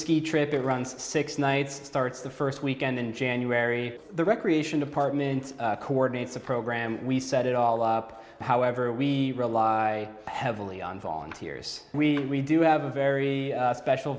ski trip it runs six nights starts the st weekend in january the recreation department coordinates the program we set it all up however we rely heavily on volunteers we do have a very special